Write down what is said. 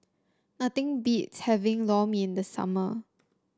nothing beats having Lor Mee in the summer